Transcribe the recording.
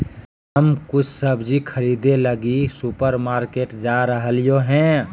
हम कुछ सब्जि खरीदे लगी सुपरमार्केट जा रहलियो हें